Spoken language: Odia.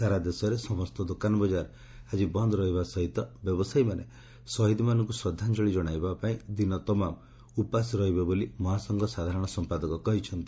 ସାରା ଦେଶରେ ସମସ୍ତ ଦୋକାନ ବଜାର ବନ୍ଦ ରହିବା ସହିତ ବ୍ୟବସାୟୀମାନେ ଶହୀଦମାନଙ୍କ ଶ୍ରଦ୍ଧାଞ୍ଞଳି ଜଣାଇବା ପାଇଁ ଦିନତମାମ ଉପାସ ରହିବେ ବୋଲି ମହାସଂଘ ସାଧାରଣ ସଂପାଦକ କହିଛନ୍ତି